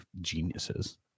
geniuses